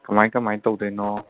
ꯀꯃꯥꯏꯅ ꯀꯃꯥꯏꯅ ꯇꯧꯗꯣꯏꯅꯣ